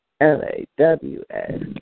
L-A-W-S